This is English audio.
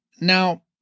Now